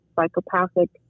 psychopathic